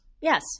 yes